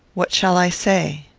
what shall i say?